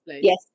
Yes